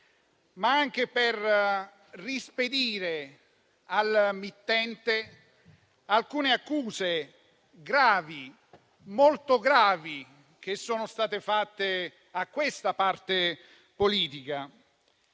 ma anche per rispedire al mittente alcune accuse gravi, molto gravi, che sono state fatte a questa parte politica.